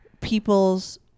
people's